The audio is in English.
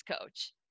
coach